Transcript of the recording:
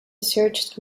searched